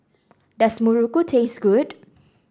does muruku taste good